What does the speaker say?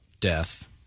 death